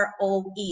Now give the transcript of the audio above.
ROE